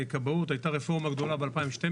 הייתה רפורמה גדולה ב-2012,